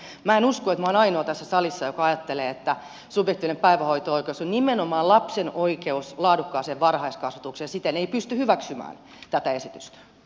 minä en usko että olen ainoa tässä salissa joka ajattelee että subjektiivinen päivähoito oikeus on nimenomaan lapsen oikeus laadukkaaseen varhaiskasvatukseen ja siten ei pysty hyväksymään tätä esitystä